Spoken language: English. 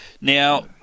Now